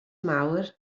mawr